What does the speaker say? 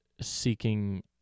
seeking